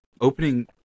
opening